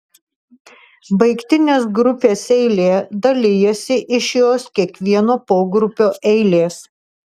baigtinės grupės eilė dalijasi iš jos kiekvieno pogrupio eilės